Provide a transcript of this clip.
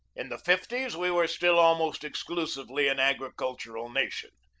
in the fifties we were still almost exclusively an agricultural nation.